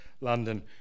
London